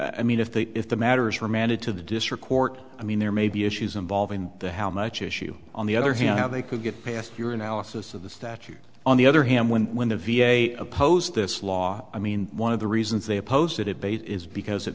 i mean if they if the matter is remanded to the district court i mean there may be issues involving the how much issue on the other hand how they could get past your analysis of the statute on the other hand when when the v a opposed this law i mean one of the reasons they opposed to debate is because it